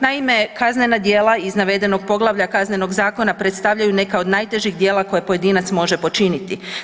Naime, kaznena djela iz navedenog poglavlja Kaznenog zakona predstavljaju neka od najtežih djela koje pojedinac može počiniti.